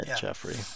Jeffrey